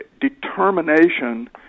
determination